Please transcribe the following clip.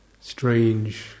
strange